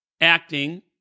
acting